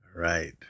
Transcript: Right